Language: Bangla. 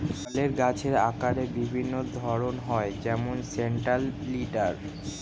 ফলের গাছের আকারের বিভিন্ন ধরন হয় যেমন সেন্ট্রাল লিডার